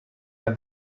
bei